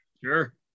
sure